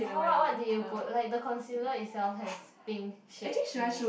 what what what did you put like the concealer itself has pink shade in it